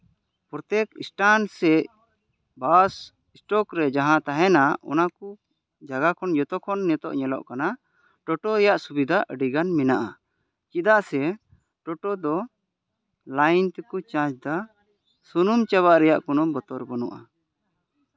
ᱯᱨᱚᱛᱮᱠ ᱥᱴᱟᱱᱰ ᱥᱮ bus stop ᱨᱮ ᱡᱟᱦᱟᱸ ᱛᱟᱦᱮᱱᱟ ᱚᱱᱟ ᱠᱚ ᱡᱟᱭᱜᱟ ᱠᱷᱚᱱ ᱡᱷᱚᱛᱚ ᱠᱷᱚᱱ ᱱᱤᱛᱚᱜ ᱧᱮᱞᱚᱜ ᱠᱟᱱᱟ ᱴᱳᱴᱳ ᱨᱮᱭᱟᱜ ᱥᱩᱵᱤᱫᱟ ᱟᱹᱰᱤ ᱜᱟᱱ ᱢᱮᱱᱟᱜᱼᱟ ᱪᱮᱫᱟᱜ ᱥᱮ ᱴᱳᱴᱳ ᱫᱚ ᱞᱟᱹᱭᱤᱱ ᱛᱮᱠᱚ ᱪᱟᱨᱡᱽᱫᱟ ᱥᱩᱱᱩᱢ ᱪᱟᱵᱟᱜ ᱨᱮᱭᱟᱜ ᱠᱳᱱᱳ ᱵᱚᱛᱚᱨ ᱵᱟᱹᱱᱩᱜᱼᱟ